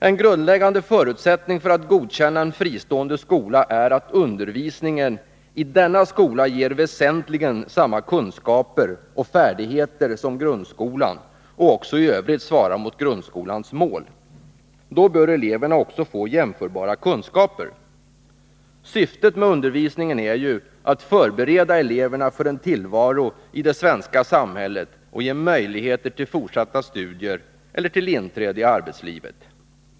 En grundläggande förutsättning för att godkänna en fristående skola är att undervisningen i denna skola ger väsentligen samma kunskaper och färdigheter som grundskolan och att den också i övrigt svarar mot grundskolans mål. Då bör eleverna också få jämförbara kunskaper. Syftet med undervisningen är ju att förbereda eleverna för en tillvaro i det svenska samhället och att ge möjligheter till fortsatta studier eller till inträde i arbetslivet.